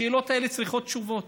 השאלות האלה מצריכות תשובות.